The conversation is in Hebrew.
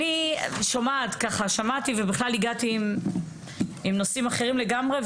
שמעתי והגעתי עם נושאים אחרים לגמרי,